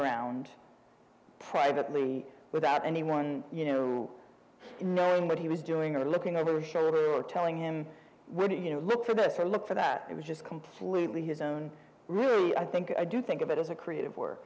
around privately without anyone you know in knowing what he was doing or looking over his shoulder or telling him what you know look for this or look for that it was just completely his own really i think i do think of it as a creative w